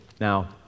Now